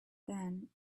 then